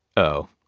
oh,